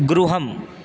गृहम्